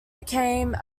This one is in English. became